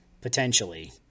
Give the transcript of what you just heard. potentially